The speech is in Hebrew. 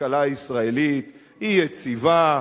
הכלכלה הישראלית היא יציבה.